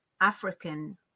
African